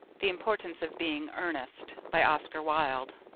the importance of being earnest, by oscar wilde